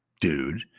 dude